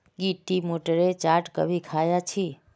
की टी मोठेर चाट कभी ख़या छि